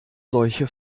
solche